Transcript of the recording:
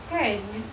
kan